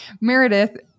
Meredith